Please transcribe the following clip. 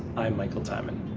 i'm michael tyman.